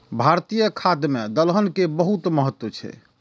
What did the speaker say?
भारतीय खाद्य मे दलहन के बहुत महत्व छै